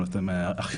אנחנו עושים הכשרות.